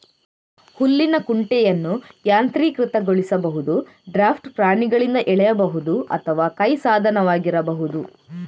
ಹುಲ್ಲಿನ ಕುಂಟೆಯನ್ನು ಯಾಂತ್ರೀಕೃತಗೊಳಿಸಬಹುದು, ಡ್ರಾಫ್ಟ್ ಪ್ರಾಣಿಗಳಿಂದ ಎಳೆಯಬಹುದು ಅಥವಾ ಕೈ ಸಾಧನವಾಗಿರಬಹುದು